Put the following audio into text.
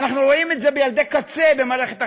אנחנו רואים את זה בילדי קצה במערכת החינוך,